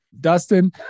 Dustin